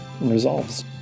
resolves